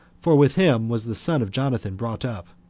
for with him was the son of jonathan brought up,